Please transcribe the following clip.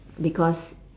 because